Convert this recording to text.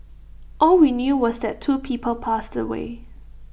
all we knew was that two people passed away